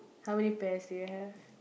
how many pears do you have